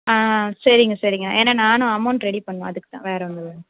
ஆ சரிங்க சரிங்க ஏன்னா நானும் அமௌண்ட் ரெடி பண்ணணும் அதுக்கு தான் வேறு ஒன்றும் இல்லைண்ணா